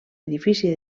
edifici